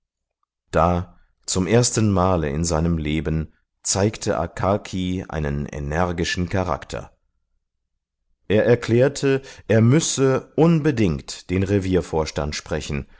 da zum ersten male in seinem leben zeigte akaki einen energischen charakter er erklärte er müsse unbedingt den reviervorstand sprechen